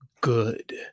good